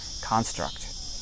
construct